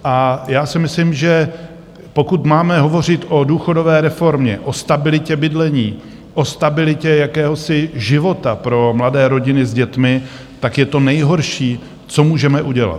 A já si myslím, že pokud máme hovořit o důchodové reformě, o stabilitě bydlení, o stabilitě jakéhosi života pro mladé rodiny s dětmi, tak je to nejhorší, co můžeme udělat.